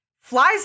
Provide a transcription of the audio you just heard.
flies